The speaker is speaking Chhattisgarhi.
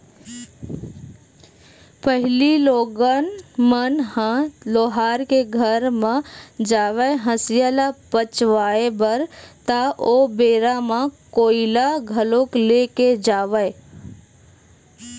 पहिली लोगन मन ह लोहार के घर म जावय हँसिया ल पचवाए बर ता ओ बेरा म कोइला घलोक ले के जावय